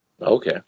Okay